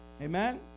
Amen